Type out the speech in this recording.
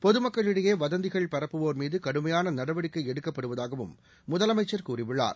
பொதுமக்களிடையே வதந்திகள் பரப்புவோர் மீது கடுமையான நடவடிக்கை எடுக்கப்படுவதாகவும் முதலமைச்சர் கூறியுள்ளார்